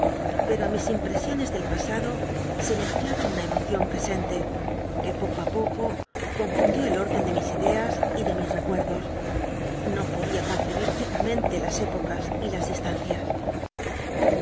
pero á mis impresiones del pasado se mezclaba una cmocion prcscntc que poco á poco confundió el órden de mis ideas y de mis rccuetdos no podía concebir lija mente las épocas y las distancias